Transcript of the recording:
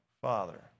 Father